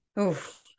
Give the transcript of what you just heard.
Oof